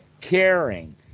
caring